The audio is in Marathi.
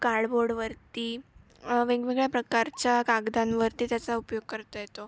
कार्डबोर्डवरती वेगवेगळ्या प्रकारच्या कागदांवरती त्याचा उपयोग करता येतो